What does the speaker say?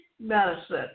Medicine